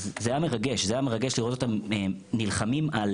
אז זה היה מרגש, זה היה מרגש לראות אותם נלחמים על